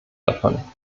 davon